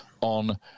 on